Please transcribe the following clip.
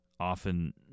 often